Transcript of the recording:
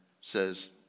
says